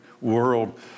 world